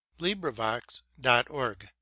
LibriVox.org